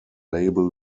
label